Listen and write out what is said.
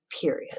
period